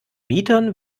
mietern